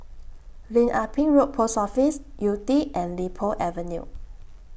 Lim Ah Pin Road Post Office Yew Tee and Li Po Avenue